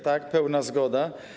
Tak, pełna zgoda.